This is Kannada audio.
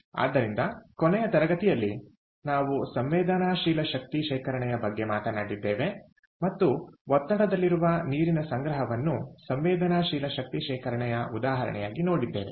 ಆದ್ದರಿಂದ ಕೊನೆಯ ತರಗತಿಯಲ್ಲಿ ನಾವು ಸಂವೇದನಾಶೀಲ ಶಕ್ತಿ ಶೇಖರಣೆಯ ಬಗ್ಗೆ ಮಾತನಾಡಿದ್ದೇವೆ ಮತ್ತು ಒತ್ತಡದಲ್ಲಿರುವ ನೀರಿನ ಸಂಗ್ರಹವನ್ನು ಸಂವೇದನಾಶೀಲ ಶಕ್ತಿ ಶೇಖರಣೆಯ ಉದಾಹರಣೆಯಾಗಿ ನೋಡಿದ್ದೇವೆ